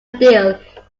deal